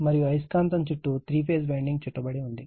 మరియు అయస్కాంతం చుట్టూ 3 ఫేజ్ వైండింగ్ చుట్టబడి ఉంది